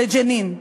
לג'נין,